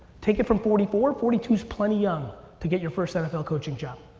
take it from forty four, forty two is plenty young to get your first nfl coaching job.